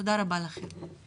תודה רבה, לכם.